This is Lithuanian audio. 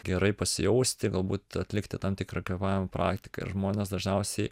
gerai pasijausti galbūt atlikti tam tikrą kvėpavimo praktiką ir žmonės dažniausiai